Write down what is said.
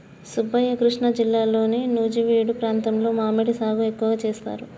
సుబ్బయ్య కృష్ణా జిల్లాలో నుజివీడు ప్రాంతంలో మామిడి సాగు ఎక్కువగా సేస్తారు